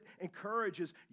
encourages